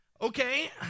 Okay